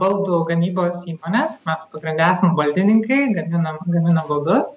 baldų gamybos įmones mes pagrinde esam baldininkai gaminam gaminam baldus